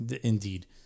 indeed